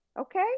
Okay